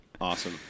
Awesome